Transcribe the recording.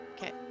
okay